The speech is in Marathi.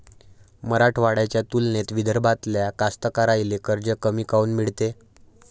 मराठवाड्याच्या तुलनेत विदर्भातल्या कास्तकाराइले कर्ज कमी काऊन मिळते?